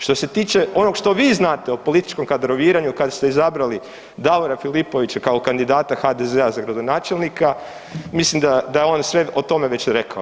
Što se tiče onog što vi znate o političkom kadroviranju kada ste izabrali Davora Filipovića kao kandidata HDZ-a za gradonačelnika mislim da je on sve o tome već rekao.